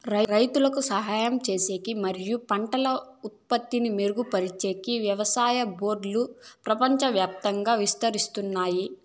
రైతులకు సహాయం చేసేకి మరియు పంటల ఉత్పత్తి మెరుగుపరిచేకి వ్యవసాయ రోబోట్లు ప్రపంచవ్యాప్తంగా విస్తరిస్తున్నాయి